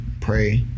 pray